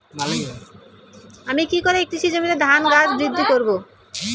আমি কী করে কৃষি জমিতে ধান গাছ বৃদ্ধি করব?